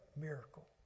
miracle